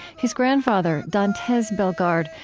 his grandfather, dantes bellegarde,